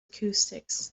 acoustics